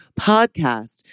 podcast